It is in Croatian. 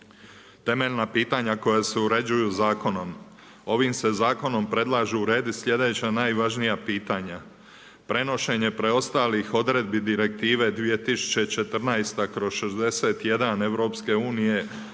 Temeljna pitanja koja se uređuju zakonom. Ovim se zakonom predlaže urediti sljedeća najvažnija pitanja, prenošenje preostalih odredbi direktive 2014/61 EU